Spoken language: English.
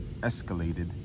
escalated